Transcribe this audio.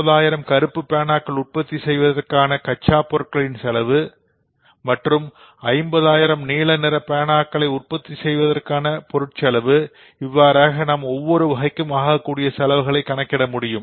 40000 கருப்பு பேனாக்கள் உற்பத்தி செய்வதற்கான கச்சாப் பொருட்களின் செலவு மற்றும் 50000 நீல நிற பேனா உற்பத்தி செய்வதற்கான பொருட்செலவு இவ்வாறாக நாம் ஒவ்வொரு வகைக்கும் ஆகக்கூடிய செலவுகளை கணக்கிட முடியும்